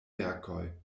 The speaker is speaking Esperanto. verkoj